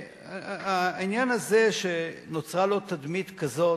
העניין הזה, שנוצרה לו תדמית כזאת,